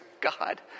God